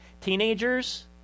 Teenagers